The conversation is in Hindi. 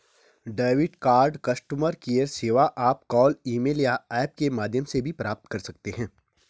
डेबिट कार्ड कस्टमर केयर सेवा आप कॉल ईमेल या ऐप के माध्यम से भी प्राप्त कर सकते हैं